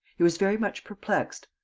he was very much perplexed.